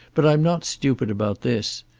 but i'm not stupid about this.